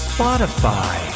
Spotify